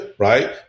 Right